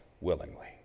willingly